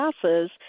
classes